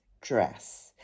dress